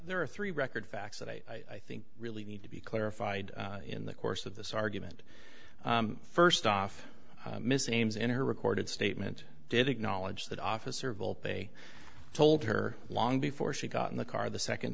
there are three record facts that i think really need to be clarified in the course of this argument first off missing ames in her recorded statement did acknowledge that officer volpe they told her long before she got in the car the second